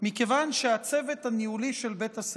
מכיוון שהצוות הניהולי של בית הספר,